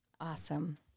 Awesome